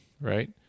Right